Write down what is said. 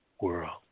world